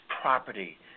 property